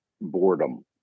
boredom